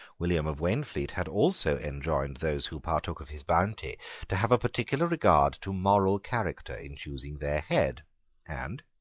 william of waynflete had also enjoined those who partook of his bounty to have a particular regard to moral character in choosing their head and,